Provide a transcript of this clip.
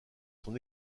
son